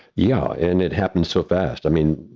yeah, and it happened so fast. i mean,